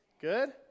Good